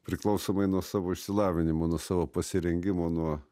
priklausomai nuo savo išsilavinimo nuo savo pasirengimo nuo